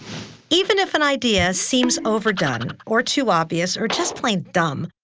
even if an idea seems overdone, or too obvious, or just plain dumb,